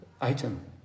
item